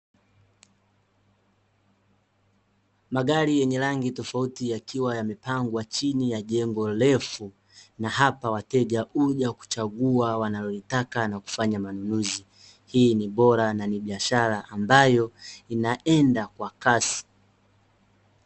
Magari yenye rangi tofauti yakiwa yamepangwa chini ya jengo refu, na hapa wateja huja kuchagua wanalolitaka na kufanya manunuzi. Hii ni bora na ni biashara ambayo inaenda kwa kasi.